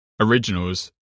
originals